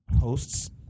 hosts